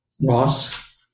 Ross